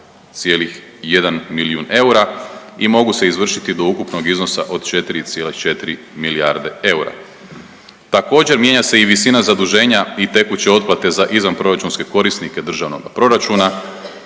milijun eura i mogu se izvršiti do ukupnog iznosa od 4,4 milijarde eura. Također mijenja se i visina zaduženja i tekuće otplate za izvanproračunske korisnike državnoga proračuna.